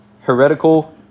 heretical